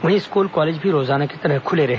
वहीं school college भी रोजाना की तरह खूले रहे